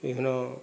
ବିଭିନ୍ନ